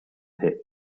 pit